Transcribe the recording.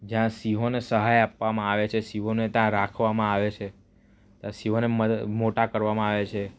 જ્યાં સિંહને સહાય આપવામાં આવે છે સિંહોને ત્યાં રાખવામાં આવે છે સિંહોને મ મોટા કરવામાં આવે છે